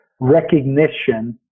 recognition